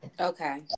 Okay